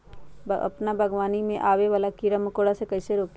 अपना बागवानी में आबे वाला किरा मकोरा के कईसे रोकी?